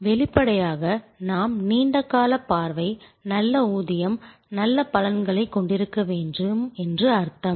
வெளிப்படையாக நாம் நீண்ட கால பார்வை நல்ல ஊதியம் நல்ல பலன்களை கொண்டிருக்க வேண்டும் என்று அர்த்தம்